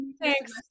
thanks